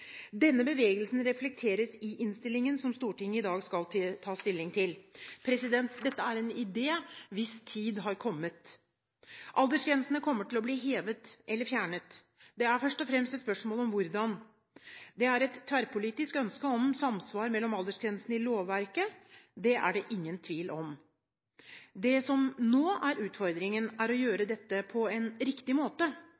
Denne bevegelsen reflekteres i innstillingen som Stortinget i dag skal ta stilling til. Dette er en idé hvis tid har kommet. Aldersgrensene kommer til å bli hevet eller fjernet, det er først og fremst et spørsmål om hvordan. Det er et tverrpolitisk ønske om samsvar mellom aldersgrensene i lovverket; det er det ingen tvil om. Det som nå er utfordringen, er å gjøre